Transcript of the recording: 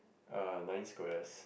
uh nine squares